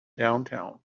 downtown